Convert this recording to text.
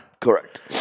correct